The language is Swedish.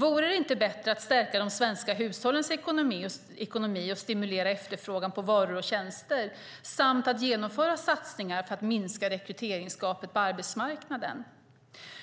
Vore det inte bättre att stärka de svenska hushållens ekonomi och stimulera efterfrågan på varor och tjänster samt att genomföra satsningar för att minska rekryteringsgapet på arbetsmarknaden?